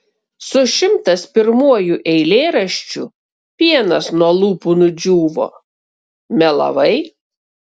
su šimtas pirmuoju eilėraščiu pienas nuo lūpų nudžiūvo melavai